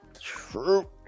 True